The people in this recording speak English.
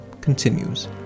continues